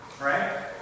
Right